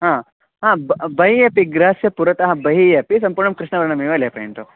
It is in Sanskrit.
हा हा बहिः अपि गृहस्य पुरतः बहिः अपि सम्पूर्णं कृष्णवर्णमेव लेपयन्तु